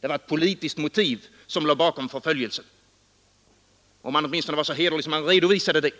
det var ett politiskt motiv som låg bakom förföljelsen. Om han åtminstone var så hederlig att han redovisade det!